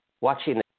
watching